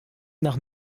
nach